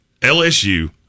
LSU